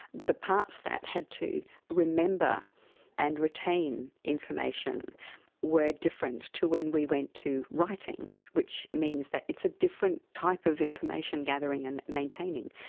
the parts that had to remember and retain information were different to when we went to writing, which means that it's a different type of information-gathering and maintaining.